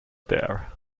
there